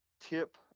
tip